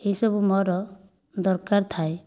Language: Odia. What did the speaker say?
ଏହିସବୁ ମୋର ଦରକାର ଥାଏ